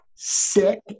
sick